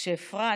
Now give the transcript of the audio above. כשאפרת,